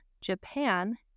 Japan